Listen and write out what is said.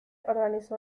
organizó